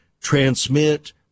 transmit